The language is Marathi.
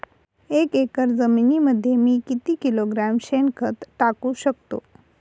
एक एकर जमिनीमध्ये मी किती किलोग्रॅम शेणखत टाकू शकतो?